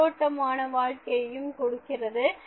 உயிரோட்டமான வாழ்க்கையையும் கொடுக்கிறது